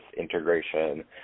integration